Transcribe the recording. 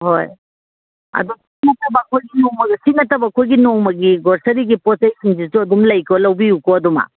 ꯍꯣꯏ ꯑꯗꯣ ꯁꯤ ꯅꯠꯇꯕ ꯑꯩꯈꯣꯏ ꯅꯣꯡꯃꯒꯤ ꯒ꯭ꯔꯣꯁꯔꯤꯒꯤ ꯄꯣꯠ ꯆꯩꯁꯤꯡꯁꯤꯁꯨ ꯑꯗꯨꯝ ꯂꯩꯀꯣ ꯂꯧꯕꯤꯌꯨꯀꯣ ꯑꯗꯨꯝ